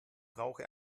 brauche